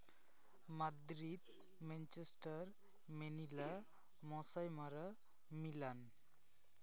Madrid Manchester Manila ᱢᱚᱥᱟᱭᱢᱟᱨᱟ Milan